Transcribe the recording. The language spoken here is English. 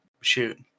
shoot